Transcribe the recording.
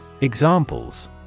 Examples